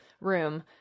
room